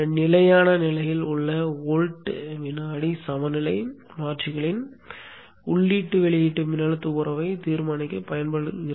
நிலையான நிலையில் உள்ள வோல்ட் வினாடி சமநிலை மாற்றிகளின் உள்ளீட்டு வெளியீட்டு மின்னழுத்த உறவைத் தீர்மானிக்கப் பயன்படுகிறது